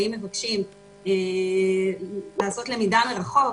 אם מבקשים לעשות למידה מרחוק,